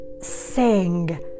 sing